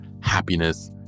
happiness